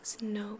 No